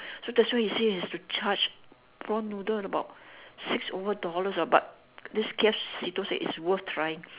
so that's why he say he has to charge prawn noodle about six over dollars orh but this K F Sito said it's worth trying